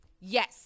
Yes